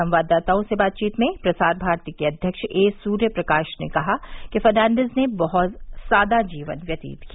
संवाददातओं से बातचीत में प्रसार भारती के अध्यक्ष ए सूर्य प्रकाश ने कहा कि फर्नांडिज ने बहुत सादा जीवन व्यतीत किया